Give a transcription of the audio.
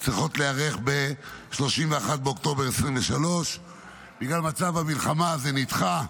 היו צריכות להיערך ב-31 באוקטובר 2023. בגלל מצב המלחמה זה נדחה,